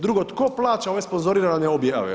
Drugo, tko plaća ove sponzorirane objave?